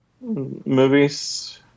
movies